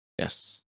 Yes